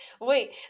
wait